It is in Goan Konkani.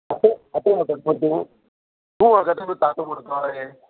तूं तातूक वळखता मरे तूं तूं वळखता मरे तातू म्हूण हय